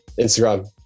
Instagram